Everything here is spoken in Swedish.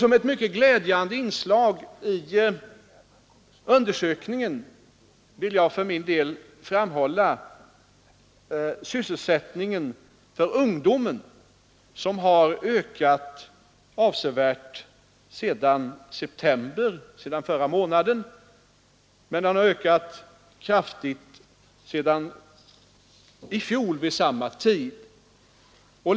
Som ett glädjande inslag i undersökningen vill jag för min del framhålla att sysselsättningen för ungdom ökat avsevärt sedan september och ökat kraftigt jämfört med samma månad i fjol.